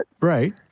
Right